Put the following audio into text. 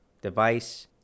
device